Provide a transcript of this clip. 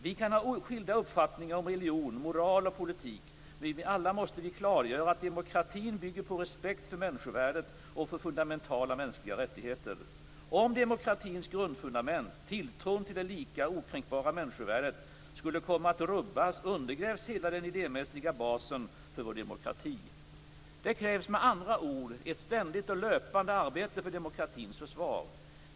Vi kan ha skilda uppfattningar om religion, moral och politik men alla måste vi klargöra att demokratin bygger på respekt för människovärdet och för fundamentala mänskliga rättigheter. Om demokratins grundfundament - tilltron till det lika och okränkbara människovärdet - skulle komma att rubbas undergrävs hela den idémässiga basen för vår demokrati. Det krävs med andra ord ett ständigt och löpande arbete för demokratins försvar.